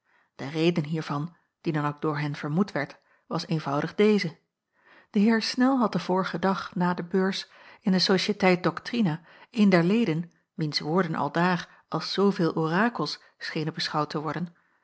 de reden hiervan die dan ook door hen vermoed werd was eenvoudig deze de heer snel had den vorigen dag na de beurs in de sociëteit doctrina een der leden wiens woorden aldaar als zoovele orakels schenen beschouwd te worden